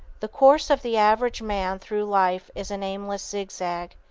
the course of the average man through life is an aimless zigzag.